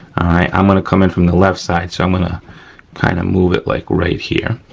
i'm gonna come in from the left side so i'm gonna kind of move it like right here.